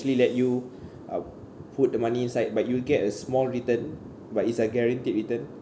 actually let you uh put money inside but you get a small return but it's a guaranteed return